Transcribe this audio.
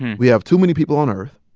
we have too many people on earth.